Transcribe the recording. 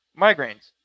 migraines